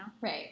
right